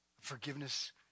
forgiveness